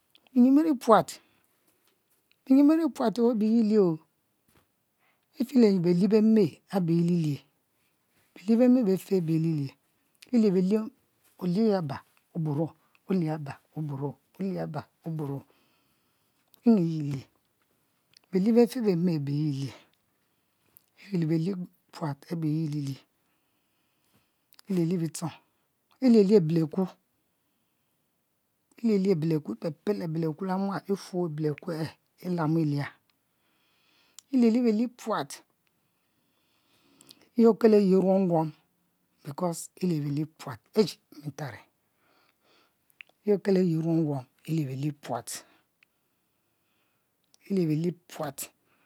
Binyin biri puat biyin biri puat abi yelie ife le belie beme abe e'lie lie belie beme befe abe e'lie lie oliebelie, olie abo oburo, olie aba oburo nyi ye e;lie be lie be fe be me abe ye e;lie iri le belie puat abe ye ilie e;lie bitchong e;lie lie abe le ku e;pepe abeleku le mual efu abeleku e e ;lie e lie belie puat yi okelo ayi ruom ruom because e;lie belie puat ey bentari ye okele yi ruom ruom because e;lie belie puat